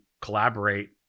collaborate